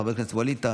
חבר הכנסת דוד ביטן,